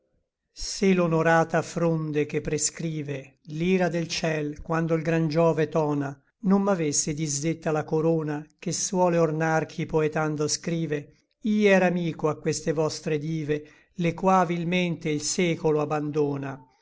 se l'onorata fronde che prescrive l'ira del ciel quando l gran giove tona non m'avesse disdetta la corona che suole ornar chi poetando scrive i'era amico a queste vostre dive le qua vilmente il secolo abandona